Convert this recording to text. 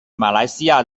马来西亚